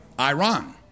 Iran